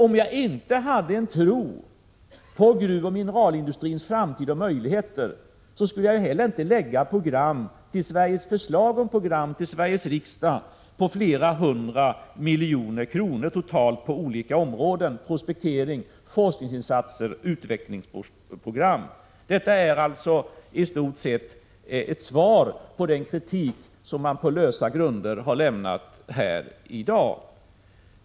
Om jag inte hade en tro på gruvoch mineralindustrins framtid och möjligheter, skulle jag inte heller för riksdagen lägga fram förslag om program på flera hundra miljoner kronor totalt på olika områden — prospektering, forskningsinsatser och utvecklingsprogram. Detta är alltså i stort sett ett svar på den kritik som man på lösa grunder har framfört här i dag.